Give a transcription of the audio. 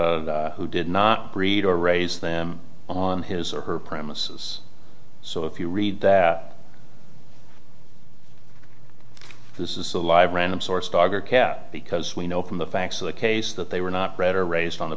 that who did not breed or raise them on his or her premises so if you read that this is a live random source dog or cat because we know from the facts of the case that they were not bred or raised on the